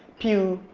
pew,